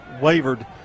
wavered